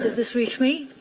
this reach me?